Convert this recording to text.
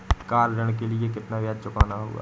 Car ऋण के लिए कितना ब्याज चुकाना होगा?